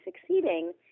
succeeding